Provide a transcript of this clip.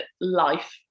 life